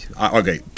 okay